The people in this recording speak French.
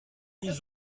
ils